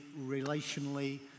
relationally